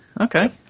Okay